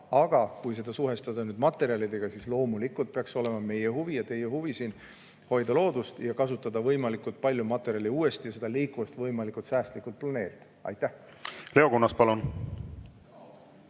aga kui seda suhestada materjalidega, siis loomulikult peaks siin olema meie ja teie huvi hoida loodust, kasutada võimalikult palju materjali uuesti ja liikuvust võimalikult säästlikult planeerida. Leo Kunnas, palun!